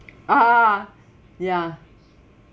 ah ya